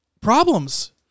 problems